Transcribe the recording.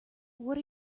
what